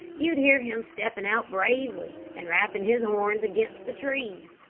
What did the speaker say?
you'd hear him stepping out bravely and rapping his horns against the trees,